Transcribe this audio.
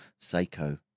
Seiko